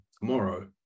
tomorrow